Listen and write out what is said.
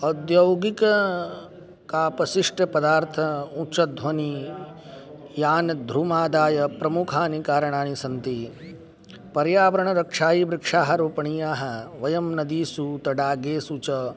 औद्यौगिक का विशिष्टपदार्थ उच्चध्वनि यानि ध्रूमादायः प्रमुखानि कारणानि सन्ति पर्यावरणरक्षायै वृक्षाः रोपणीयाः वयं नदीषु तडागेषु च